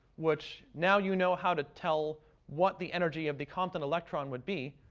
which, now you know how to tell what the energy of the compton electron would be.